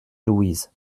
louise